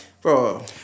Bro